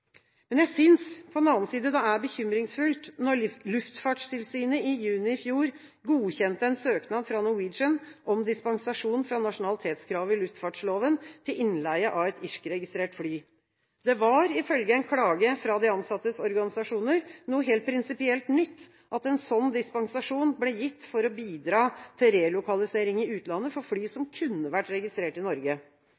Jeg synes på den annen side det er bekymringsfullt at Luftfartstilsynet i juni i fjor godkjente en søknad fra Norwegian om dispensasjon fra nasjonalitetskravet i luftfartsloven til innleie av et irskregistrert fly. Det var, ifølge en klage fra de ansattes organisasjoner, noe prinsipielt nytt at en slik dispensasjon ble gitt for å bidra til relokalisering i utlandet for fly som